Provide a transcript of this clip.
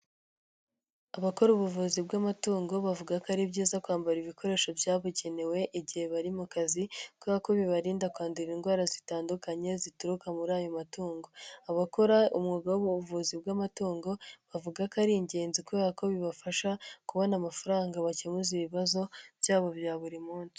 Abakora ubuvuzi bw'amatungo bavuga ko ari byiza kwambara ibikoresho byabugenewe igihe bari mu kazi kubera ko bibarinda kwandura indwara zitandukanye zituruka muri ayo matungo, abakora umwuga w'ubuvuzi bw'amatungo bavuga ko ari ingenzi kubera ko bibafasha kubona amafaranga bakemuza ibibazo byabo bya buri munsi.